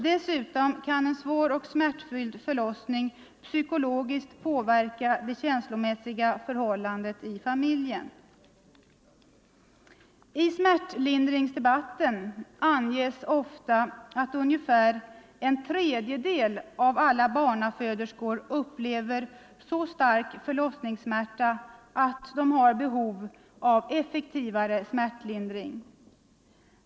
Dessutom kan en svår och smärtfylld förlossning psykologiskt påverka det känslomässiga förhållandet i familjen. I smärtlindringsdebatten anges ofta att ungefär en tredjedel av alla barnaföderskor upplever så stark förlossningssmärta att de har behov av effektivare smärtlindring.